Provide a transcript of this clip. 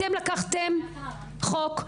אתם לקחתם חוק,